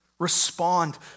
Respond